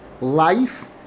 life